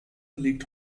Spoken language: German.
liegt